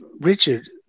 Richard